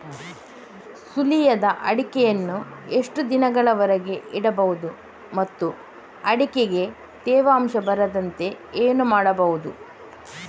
ಸುಲಿಯದ ಅಡಿಕೆಯನ್ನು ಎಷ್ಟು ದಿನಗಳವರೆಗೆ ಇಡಬಹುದು ಮತ್ತು ಅಡಿಕೆಗೆ ತೇವಾಂಶ ಬರದಂತೆ ಏನು ಮಾಡಬಹುದು?